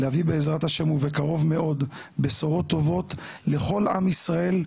להביא בעזרת ה' ובקרוב מאוד בשורות טובות לכל עם ישראל,